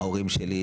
ההורים שלי,